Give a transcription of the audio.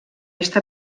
està